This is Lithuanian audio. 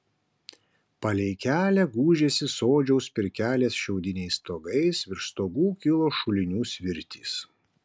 palei kelią gūžėsi sodžiaus pirkelės šiaudiniais stogais virš stogų kilo šulinių svirtys